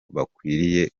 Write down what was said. bakwiriye